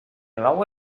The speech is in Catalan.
nou